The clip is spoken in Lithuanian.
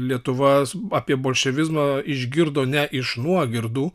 lietuva apie bolševizmą išgirdo ne iš nuogirdų